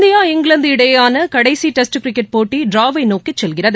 India England இடையேயாள கடைசி test cricket போட்டி ட்டிராவை நோக்கி செல்கிறது